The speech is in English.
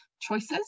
choices